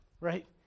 right